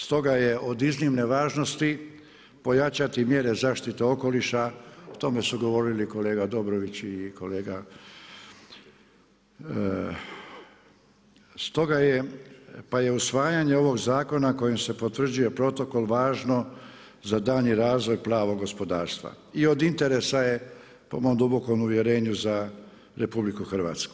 Stoga je od iznimne važnosti pojačati mjere zaštite okoliša, o tome su govorili kolega Dobrović i kolega pa je usvajanje ovoga zaklona kojim se potvrđuje protokol važno za daljnji razvoj plavog gospodarstva i od interesa je po mom dubokom uvjerenju za RH.